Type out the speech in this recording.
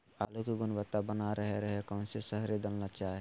आलू की गुनबता बना रहे रहे कौन सा शहरी दलना चाये?